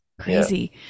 crazy